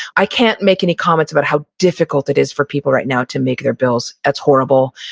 i can't make any comments about how difficult it is for people right now to make their bills, that's horrible,